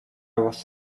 was